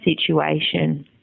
situation